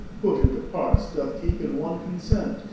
put into parts, doth keepe in one consent,